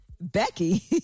Becky